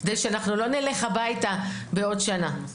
כדי שאנחנו לא נלך הביתה בעוד שנה.